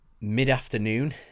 mid-afternoon